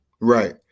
Right